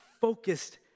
focused